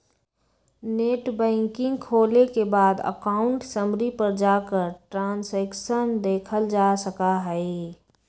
net banking खोले के बाद अकाउंट समरी पर जाकर ट्रांसैक्शन देखलजा सका हई